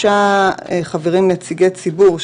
ושלושה חברים נציגי ציבור,